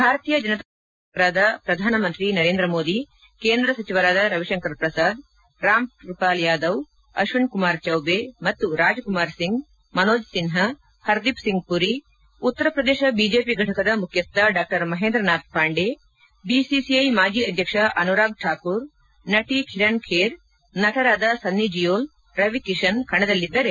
ಭಾರತೀಯ ಜನತಾ ಪಕ್ಷದ ಪ್ರಮುಖ ನಾಯಕರಾದ ಪ್ರಧಾನಮಂತ್ರಿ ನರೇಂದ್ರ ಮೋದಿ ಕೇಂದ್ರ ಸಚಿವರಾದ ರವಿಶಂಕರ್ ಪ್ರಸಾದ್ ರಾಮ್ ಕ್ಲಪಾಲ್ ಯಾದವ್ ಅಶ್ವಿನಿ ಕುಮಾರ್ ಚೌಬೆ ಮತ್ತು ರಾಜ್ ಕುಮಾರ್ ಸಿಂಗ್ ಮನೋಜ್ ಸಿನ್ಹಾ ಹರ್ದೀಪ್ ಸಿಂಗ್ ಪುರಿ ಉತ್ತರಪ್ರದೇಶ ಬಿಜೆಪಿ ಫಟಕದ ಮುಖ್ಖಸ್ವ ಡಾ ಮಹೇಂದ್ರ ನಾಥ್ ಪಾಂಡೆ ಬಿಸಿಸಿಐ ಮಾಜಿ ಅಧ್ಯಕ್ಷ ಅನುರಾಗ್ ಠಾಕೂರ್ ನಟಿ ಕಿರಣ್ ಬೇರ್ ನಟರಾದ ಸನ್ನಿ ಡಿಯೋಲ್ ರವಿ ಕಿಶನ್ ಕಣದಲ್ಲಿದ್ದರೆ